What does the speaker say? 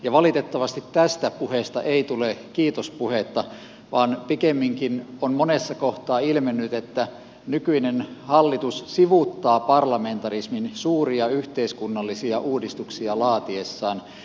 ja valitettavasti tästä puheesta ei tule kiitospuhetta vaan pikemminkin on monessa kohtaa ilmennyt että nykyinen hallitus sivuuttaa parlamentarismin suuria yhteiskunnallisia uudistuksia laatiessaan